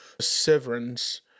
Severance